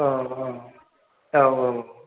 औ औ औ औ